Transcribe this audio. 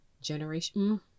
Generation